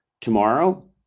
tomorrow